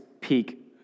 peak